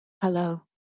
hello